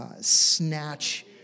Snatch